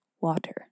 water